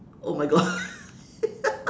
oh my god